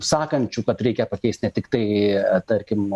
sakančių kad reikia pakeist ne tiktai tarkim